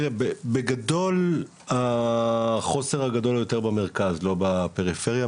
בגדול החוסר הגדול הוא יותר במרכז, לא בפריפריה.